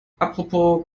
apropos